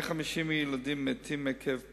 150 ילדים מתים עקב פגיעה,